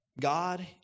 God